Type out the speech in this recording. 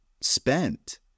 spent